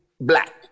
black